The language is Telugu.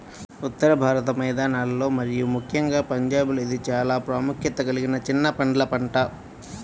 ఉత్తర భారత మైదానాలలో మరియు ముఖ్యంగా పంజాబ్లో ఇది చాలా ప్రాముఖ్యత కలిగిన చిన్న పండ్ల పంట